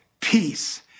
peace